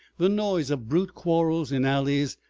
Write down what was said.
the noise of brute quarrels in alleys,